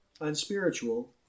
unspiritual